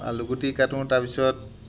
আলুগুটি কাটোঁ তাৰপিছত